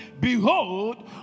Behold